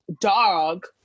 dog